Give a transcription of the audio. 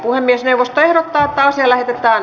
puhemiesneuvosto ehdottaa että asia lähetetään